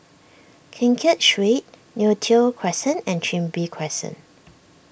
Keng Kiat Street Neo Tiew Crescent and Chin Bee Crescent